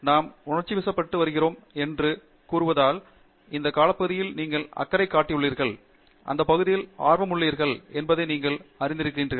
நாம் உணர்ச்சிவசப்பட்டு வருகிறோம் என்று கூறுவதால் அந்த காலப்பகுதியில் நீங்கள் அக்கறை காட்டியுள்ளீர்கள் அந்த பகுதியில் ஆர்வமுள்ளவர்கள் என்பதை நீங்கள் அறிந்திருக்கிறீர்கள்